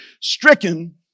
stricken